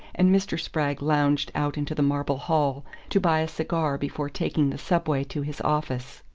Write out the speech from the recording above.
and mr. spragg lounged out into the marble hall to buy a cigar before taking the subway to his office.